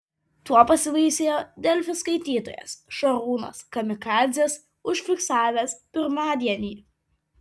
tuo pasibaisėjo delfi skaitytojas šarūnas kamikadzes užfiksavęs pirmadienį